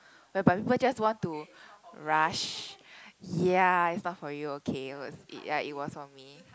whereby people just want to rush ya it was not for you okay it ya it was on me